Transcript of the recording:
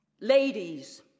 ladies